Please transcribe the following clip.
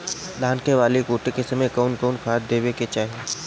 धान के बाली फुटे के समय कउन कउन खाद देवे के चाही?